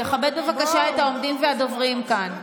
תכבד בבקשה את העומדים והדוברים כאן.